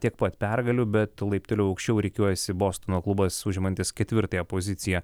tiek pat pergalių bet laipteliu aukščiau rikiuojasi bostono klubas užimantis ketvirtąją poziciją